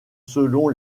selon